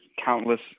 Countless